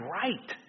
right